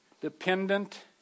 dependent